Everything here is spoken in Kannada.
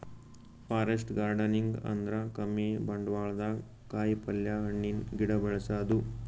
ಫಾರೆಸ್ಟ್ ಗಾರ್ಡನಿಂಗ್ ಅಂದ್ರ ಕಮ್ಮಿ ಬಂಡ್ವಾಳ್ದಾಗ್ ಕಾಯಿಪಲ್ಯ, ಹಣ್ಣಿನ್ ಗಿಡ ಬೆಳಸದು